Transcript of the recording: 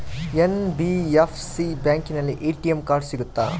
NBFC ಬ್ಯಾಂಕಿನಲ್ಲಿ ATM card ಸಿಗುತ್ತಾ?